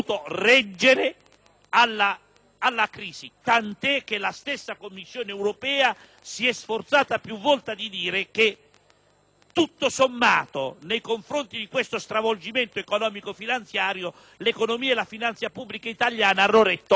alla crisi; tant'è che la stessa Commissione europea si è sforzata più volte di dire che, tutto sommato, di fronte a questo stravolgimento economico-finanziario, l'economia e la finanza pubblica italiana hanno retto meglio di altre.